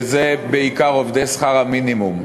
וזה בעיקר עובדי שכר המינימום.